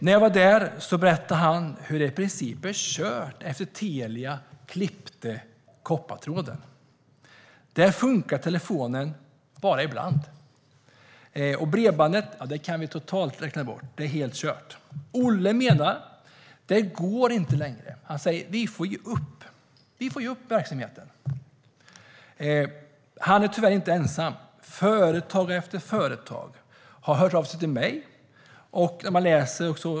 När jag var där berättade han hur det i princip är kört efter det att Telia klippte koppartråden. Telefonen funkar bara ibland. Bredbandet kan vi totalt räkna bort - det är helt kört. Olle menar att det inte går längre. Han säger: Vi får ge upp. Vi får ge upp verksamheten. Han är tyvärr inte ensam. Företagare efter företagare har hört av sig till mig.